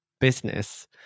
business